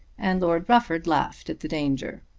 and lord rufford laughed at the danger.